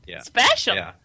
Special